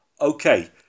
Okay